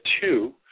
two